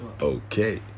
okay